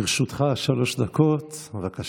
לרשותך שלוש דקות, בבקשה.